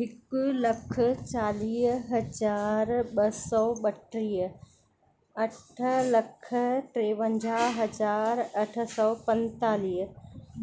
हिकु लख चालीह हज़ार ॿ सौ ॿटीह अठ लख टेवनजाह हज़ार अठ सौ पंतालीह